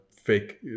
fake